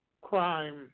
crime